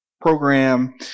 program